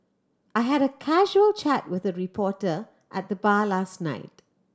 I had a casual chat with a reporter at the bar last night